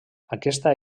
aquesta